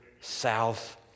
south